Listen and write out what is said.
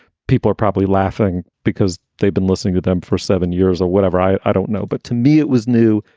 people are probably laughing because they've been listening to them for seven years or whatever. i i don't know. but to me, it was new.